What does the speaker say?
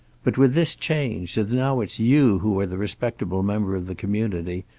but with this change, that now it's you who are the respectable member of the community,